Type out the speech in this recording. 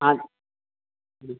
आँय